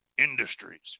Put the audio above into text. Industries